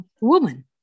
woman